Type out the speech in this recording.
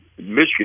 Michigan